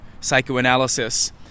psychoanalysis